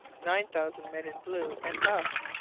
nine thousand men in blue and buff.